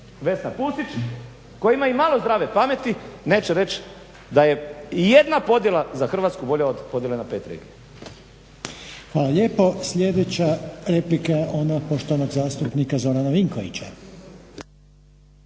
Vesna Pusić, tko ima imalo zdrave pameti neće reći da je ijedna podjela za Hrvatsku bolja od podjele na pet regija. **Reiner, Željko (HDZ)** Hvala lijepo. Sljedeća replika je ona poštovanog zastupnika Zorana Vinkovića.